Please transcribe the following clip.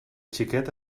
xiquet